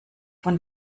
von